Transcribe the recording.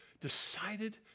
decided